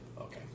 Okay